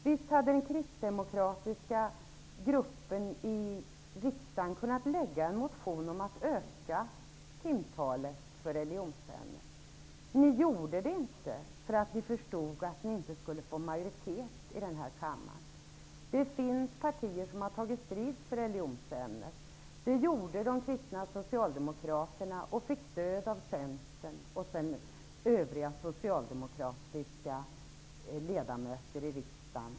Visst hade den kristdemokratiska gruppen i riksdagen kunnat väcka en motion om att öka timtalet för religionsämnet. Men den gjorde inte det, därför att man förstod att det inte skulle skapas majoritet för det förslaget i denna kammare. Det finns partier som tagit strid för religionsämnet. Det gjorde de kristna socialdemokraterna. De fick stöd av centerpartister och övriga socialdemokratiska ledamöter i riksdagen.